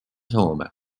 soome